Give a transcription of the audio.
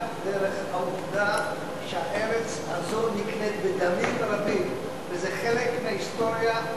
העובדה שהארץ הזאת נקנית בדמים רבים וזה חלק מההיסטוריה.